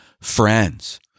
friends